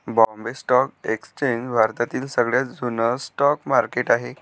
Bombay stock exchange भारतातील सगळ्यात जुन स्टॉक मार्केट आहे